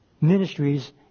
ministries